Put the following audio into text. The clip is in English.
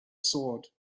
sword